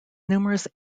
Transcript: numerous